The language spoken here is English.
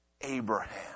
Abraham